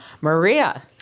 Maria